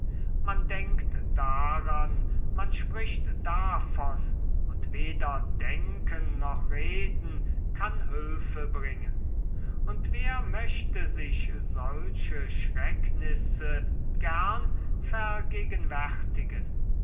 man denkt daran man spricht davon und weder denken noch reden kann hülfe bringen und wer möchte sich solche schrecknisse gern vergegenwärtigen